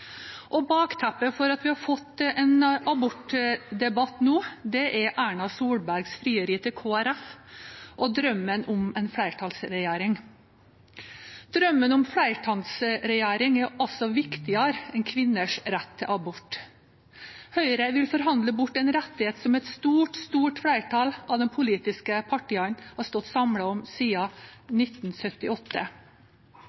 tro. Bakteppet for at vi har fått en abortdebatt nå, er Erna Solbergs frieri til Kristelig Folkeparti og drømmen om en flertallsregjering. Drømmen om flertallsregjering er altså viktigere enn kvinners rett til abort. Høyre vil forhandle bort en rettighet som et stort flertall av de politiske partiene har stått samlet om